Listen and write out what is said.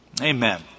Amen